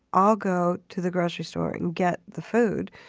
i'll go to the grocery store and get the food.